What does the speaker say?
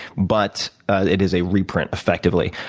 but it is a reprint, effectively.